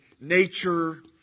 nature